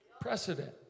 Precedent